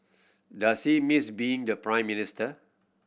does he miss being the Prime Minister